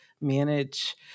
manage